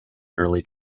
early